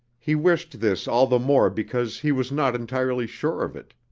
he wished this all the more because he was not entirely sure of it.